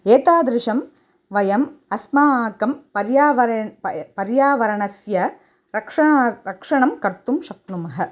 एतादृशं वयम् अस्माकं पर्यावरणं पय् पर्यावरणस्य रक्षणार्थं रक्षणं कर्तुं शक्नुमः